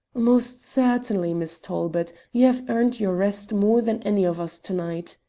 most certainly, miss talbot. you have earned your rest more than any of us to-night,